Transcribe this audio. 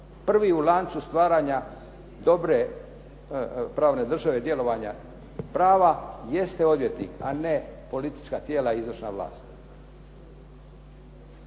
Prvi u lancu stvaranja dobre pravne države, djelovanja prava jeste odvjetnik a ne politička tijela i izvršna vlast.